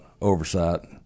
oversight